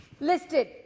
listed